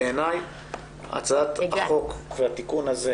בעיני הצעת החוק והתיקון הזה,